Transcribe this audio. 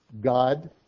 God